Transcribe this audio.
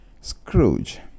Scrooge